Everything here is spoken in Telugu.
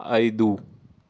ఐదు